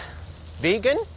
Vegan